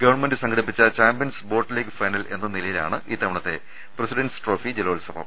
government സംഘടിപ്പിച്ച champions boat league final എന്ന നിലയിലാണ് ഇത്തവണത്തെ പ്രസിഡന്റ് ട്രോഫി ജലോത്സവം